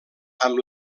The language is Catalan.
amb